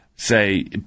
say